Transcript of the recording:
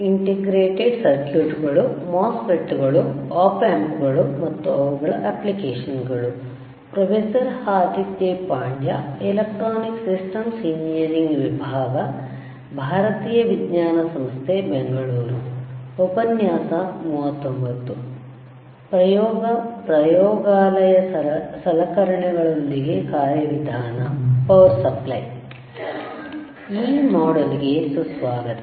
ಈ ಮಾಡ್ಯೂಲ್ಗೆ ಸುಸ್ವಾಗತ